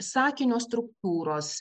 sakinio struktūros